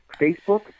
Facebook